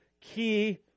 key